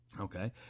Okay